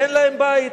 אין להם בית,